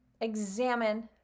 examine